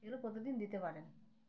এরও প্রতিদিন দিতে পারেন